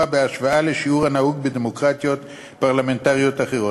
בהשוואה לשיעור הנהוג בדמוקרטיות פרלמנטריות אחרות.